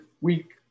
week